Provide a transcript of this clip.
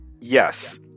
Yes